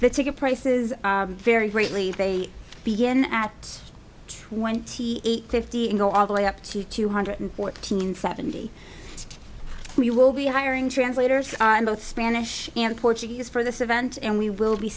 the ticket prices vary greatly they begin at twenty eight fifty and go all the way up to two hundred fourteen seventy we will be hiring translators on both spanish and portuguese for this event and we will be